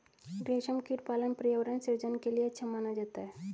रेशमकीट पालन पर्यावरण सृजन के लिए अच्छा माना जाता है